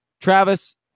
Travis